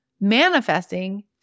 manifesting